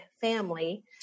family